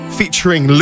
featuring